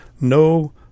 no